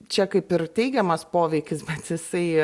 čia kaip ir teigiamas poveikis bet jisai